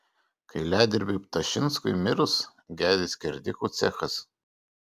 kailiadirbiui ptašinskui mirus gedi skerdikų cechas